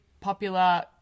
popular